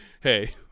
hey